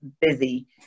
busy